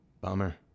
Bummer